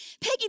Peggy